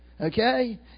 Okay